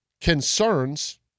concerns